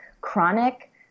chronic